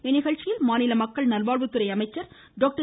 இந்நிகழ்ச்சியில் மாநில மக்கள் நல்வாழ்வுத்துறை அமைச்சர் டாக்டர்